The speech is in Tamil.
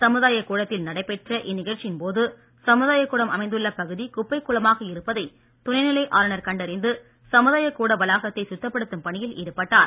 சமுதாய கூடத்தில் நடைபெற்ற இந்நிகழ்ச்சியின்போது சமுதாயக்கூடம் அமைந்துள்ள பகுதி குப்பை கூளமாக இருப்பதை துணைநிலை ஆளுநர் கண்டறிந்து சமுதாய கூட வளாகத்தை சுத்தப்படுத்தும் பணியில் ஈடுபட்டார்